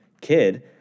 kid